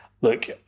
Look